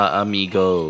amigo